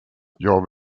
jag